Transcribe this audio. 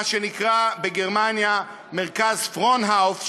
מה שנקרא בגרמניה מרכז פראונהופר,